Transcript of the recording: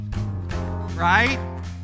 Right